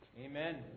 Amen